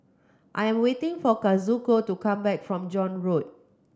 I am waiting for Kazuko to come back from John Road